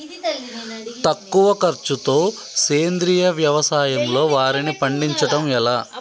తక్కువ ఖర్చుతో సేంద్రీయ వ్యవసాయంలో వారిని పండించడం ఎలా?